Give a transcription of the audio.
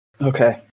okay